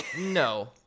no